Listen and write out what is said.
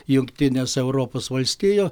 jungtinės europos valstijų